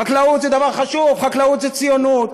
חקלאות זה דבר חשוב: חקלאות זה ציונות,